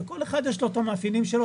לכל אחד יש את המאפיינים שלו,